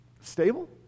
stable